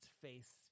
face